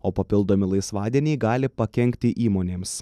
o papildomi laisvadieniai gali pakenkti įmonėms